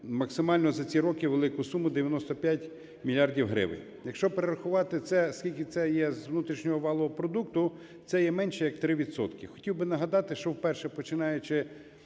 максимально за ці роки велику суму – 95 мільярдів гривень. Якщо перерахувати це, скільки це є з внутрішнього валового продукту, це є менше як 3 відсотки. Хотів би нагадати, що вперше, починаючи